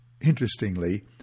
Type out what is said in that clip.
Interestingly